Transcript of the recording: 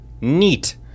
neat